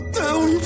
down